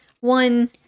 one